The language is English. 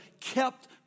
kept